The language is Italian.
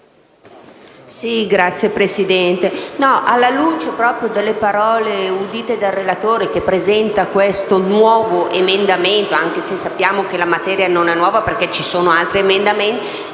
Signor Presidente, alla luce delle parole del relatore, che presenta questo nuovo emendamento, anche se sappiamo che la materia non è nuova perché ci sono altri emendamenti